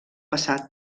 passat